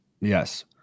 Yes